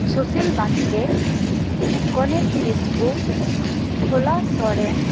ᱥᱩᱥᱤᱞ ᱵᱟᱥᱠᱮ ᱜᱚᱱᱮᱥ ᱠᱤᱥᱠᱩ ᱵᱷᱳᱞᱟ ᱥᱚᱨᱮᱱ